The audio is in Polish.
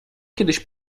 kiedyś